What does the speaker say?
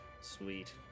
sweet